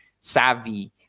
savvy